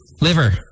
Liver